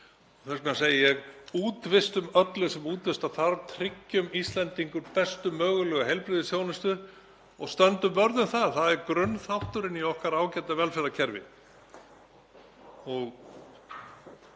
Þess vegna segi ég: Útvistum öllu sem útvista þarf, tryggjum Íslendingum bestu mögulegu heilbrigðisþjónustu og stöndum vörð um það, það er grunnþátturinn í okkar ágæta velferðarkerfi, og